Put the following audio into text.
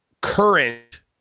current